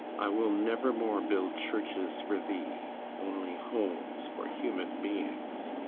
i will never more build churches for thee only homes for human beings.